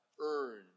earn